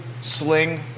Sling